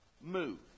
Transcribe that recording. move